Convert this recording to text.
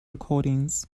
recordings